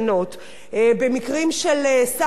במקרים של סחר בבני-אדם,